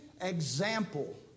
example